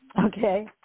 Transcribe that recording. Okay